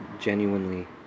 genuinely